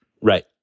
Right